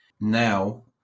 Now